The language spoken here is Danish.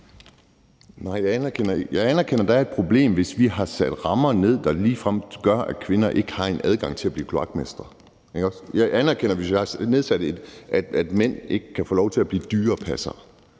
(NB): Jeg anerkender, at der er et problem, hvis vi har sat rammer, der ligefrem gør, at kvinder ikke har en adgang til at blive kloakmestre. Jeg anerkender, at hvis mænd ikke kan få lov til at blive dyrepassere,